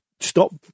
Stop